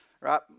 right